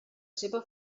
seva